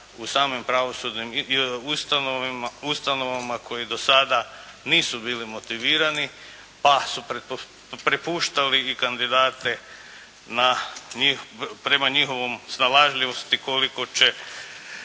u samom pravosudnim ustanovama koji do sada nisu bili motivirani pa su prepuštali i kandidate prema njihovoj snalažljivosti koliko će